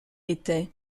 était